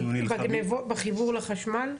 אנחנו נלחמים --- בחיבור לחשמל?